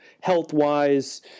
health-wise